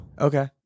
Okay